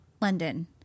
London